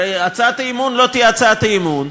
הרי הצעת האי-אמון לא תהיה הצעת אי-אמון,